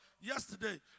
Yesterday